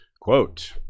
quote